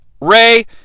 Ray